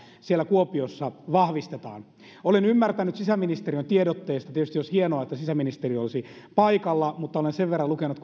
siellä kuopiossa vahvistetaan olen ymmärtänyt sisäministeriön tiedotteesta tietysti olisi hienoa että sisäministeri olisi paikalla mutta olen sen verran lukenut